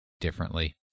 differently